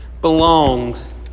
belongs